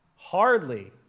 hardly